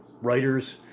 writers